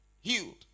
healed